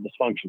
dysfunction